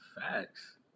Facts